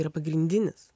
yra pagrindinis